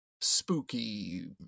spooky